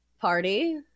party